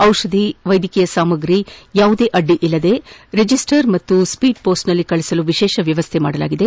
ಔಷಧಿ ವೈದ್ಯಕೀಯ ಸಾಮಗ್ರಿಗಳನ್ನು ಯಾವುದೇ ಅಡ್ಡಿ ಇಲ್ಲದೆ ರಿಜಿಸ್ಟರ್ ಮತ್ತು ಸ್ವೀಡ್ಮೋಸ್ಟ್ನಲ್ಲಿ ಕಳುಹಿಸಲು ವಿಶೇಷ ವ್ಯಮ್ದೆ ಮಾಡಲಾಗಿದೆ